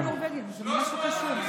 אבל זה לא קשור לנורבגים, זה ממש לא קשור.